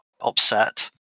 upset